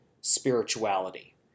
spirituality